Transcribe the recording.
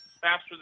faster